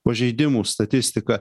pažeidimų statistiką